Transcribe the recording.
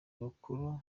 bakuru